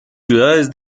ciudades